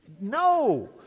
No